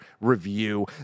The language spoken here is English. review